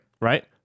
right